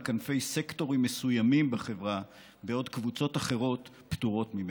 כתפי סקטורים מסוימים בחברה בעוד קבוצות אחרות פטורות ממנו.